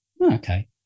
Okay